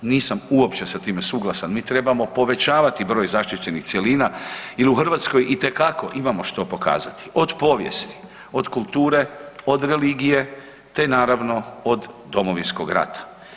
Nisam uopće sa time suglasan, mi trebamo povećavati broj zaštićenih cjelina jer u Hrvatskoj itekako imamo što pokazati, od povijesti, od kulture, od religije te naravno od Domovinskog rata.